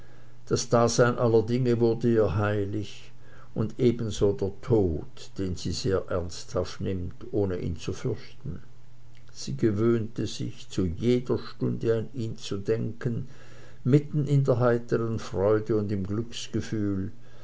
das dasein aller dinge wurde ihr heilig und ebenso der tod den sie sehr ernsthaft nimmt ohne ihn zu fürchten sie gewöhnte sich zu jeder stunde an ihn zu denken mitten in der heiteren freude und im glücksgefühl